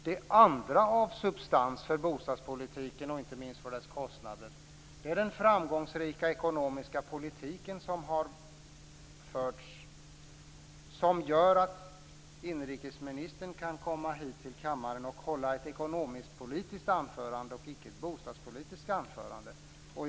Det andra av substans för bostadspolitiken och inte minst för dess kostnader är den framgångsrika ekonomiska politik som har förts, som gör att inrikesministern kan komma hit till kammaren och hålla ett ekonomiskpolitiskt anförande och icke ett bostadspolitiskt anförande.